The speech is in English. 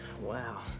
Wow